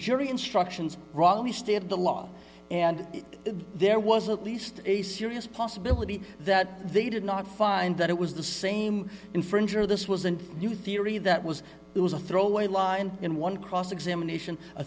jury instructions wrong the state of the law and if there was at least a serious possibility that they did not find that it was the same infringer this was a new theory that was it was a throwaway line in one cross examination a